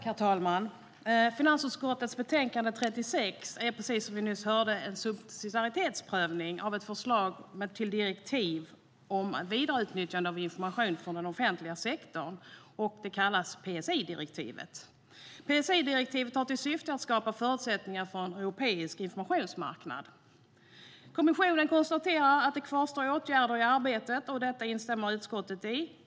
Herr talman! Finansutskottets utlåtande 36 gäller, precis vi nyss hörde, en subsidiaritetsprövning av ett förslag till direktiv om vidareutnyttjande av information från den offentliga sektorn. Det kallas PSI-direktivet. PSI-direktivet har till syfte att skapa förutsättningar för en europeisk informationsmarknad. Kommissionen konstaterar att det kvarstår åtgärder i arbetet, och detta instämmer utskottet i.